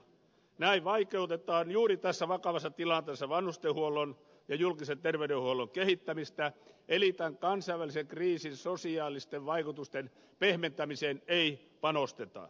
näin vaikeutetaan juuri tässä vakavassa tilanteessa vanhustenhuollon ja julkisen terveydenhuollon kehittämistä eli tämän kansainvälisen kriisin sosiaalisten vaikutusten pehmentämiseen ei panosteta